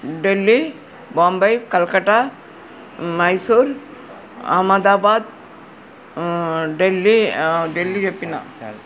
ఢిల్లీ బొంబై కల్కటా మైసూర్ అహ్మదాబాద్ ఢిల్లీ ఢిల్లీ చెప్పిన